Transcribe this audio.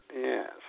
Yes